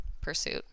pursuit